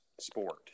sport